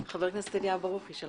חבר הכנסת אליהו ברוכי, בבקשה.